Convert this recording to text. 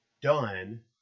done